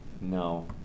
No